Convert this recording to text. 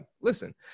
listen